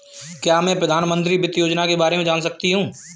क्या मैं प्रधानमंत्री वित्त योजना के बारे में जान सकती हूँ?